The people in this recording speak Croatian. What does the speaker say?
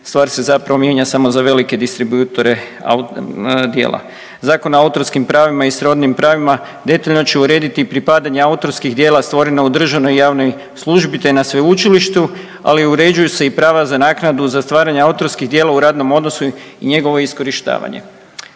Stvar se zapravo mijenja samo za velike distributore djela. Zakon o autorskim pravima i srodnim pravima detaljno će urediti pripadanje autorskih djela stvorena u državnoj i javnoj službi, te na sveučilištu. Ali uređuju se i prava za naknadu za stvaranje autorskih djela u radnom odnosu i njegovo iskorištavanje.